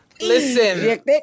Listen